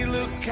Look